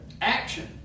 Action